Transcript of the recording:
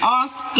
ask